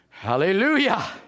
Hallelujah